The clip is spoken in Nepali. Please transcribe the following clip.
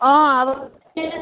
अँ अब के